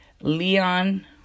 Leon